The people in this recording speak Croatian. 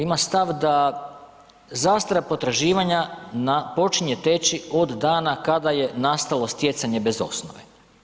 Ima stav da zastara potraživanja počinje teći od dana kada je nastalo stjecanje bez osnove.